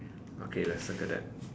okay let's circle that